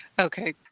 okay